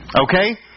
Okay